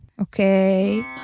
Okay